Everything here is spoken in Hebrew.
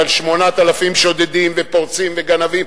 ועל 8,000 שודדים ופורצים וגנבים,